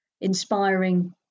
inspiring